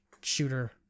shooter